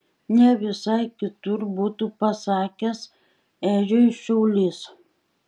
ne visai kitur būtų pasakęs edžiui šaulys